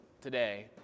today